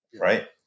Right